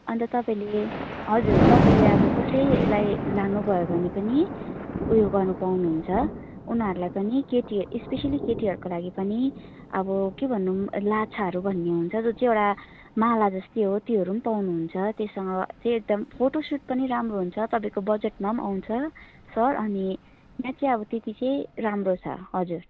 अन्त तपाईँले हजुर तपाईँले अब कसैलाई लानुभयो भने पनि उयो गर्न पाउनुहुन्छ उनीहरूलाई पनि केटी स्पेसल्ली केटीहरूको लागि पनि अब के भनौँ लाछाहरू भन्ने हुन्छ जो चाहिँ एउटा मालाजस्तै हो त्योहरू पनि पाउनुहुन्छ त्यससँग चाहिँ एकदम फोटो सुट पनि राम्रो हुन्छ तपाईँको बजेटमा पनि आउँछ सर अनि यहाँ चाहिँ अब त्यति चाहिँ राम्रो छ हजुर